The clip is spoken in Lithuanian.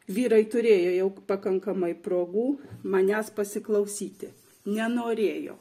vyrai turėjo jau pakankamai progų manęs pasiklausyti nenorėjo